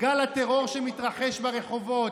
גל הטרור שמתרחש ברחובות,